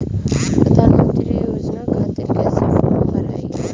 प्रधानमंत्री योजना खातिर कैसे फार्म भराई?